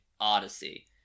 odyssey